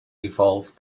evolved